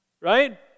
Right